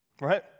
right